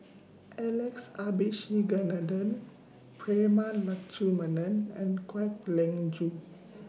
Alex Abisheganaden Prema Letchumanan and Kwek Leng Joo